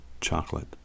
chocolate